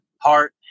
heart